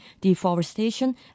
deforestation